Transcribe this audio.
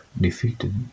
defeated